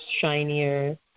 shinier